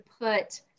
put